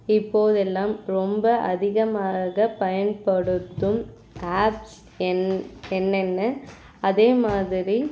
இப்போதெல்லாம் ரொம்ப அதிகமாக பயன்படுத்தும் ஆப்ஸ் என் என்னென்ன அதே மாதிரி